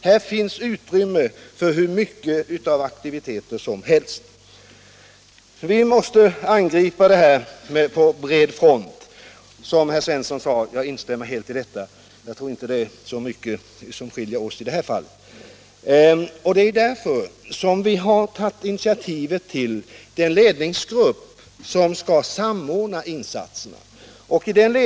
Här finns utrymme för hur mycket av aktivitet som helst. Vi måste angripa problemen på bred front, som herr Svensson sade. Jag instämmer helt i detta, och jag tror inte det är så mycket som skiljer oss i det här fallet. Det är därför som vi har tagit initiativet till den ledningsgrupp som skall samordna insatserna.